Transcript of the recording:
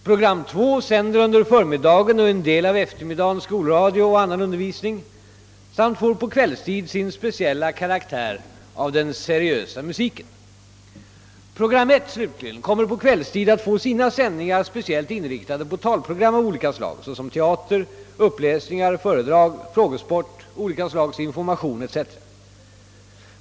Program 2 sänder under förmiddagen och en del av eftermiddagen skolradio och annan undervisning samt får på kvällstid sin speciella karaktär av den seriösa musiken. Program 1 slutligen kommer på kvällstid att få sina sändningar speciellt inriktade på talprogram av olika slag, såsom teater, uppläsningar, föredrag, frågesport, olika slags information etc.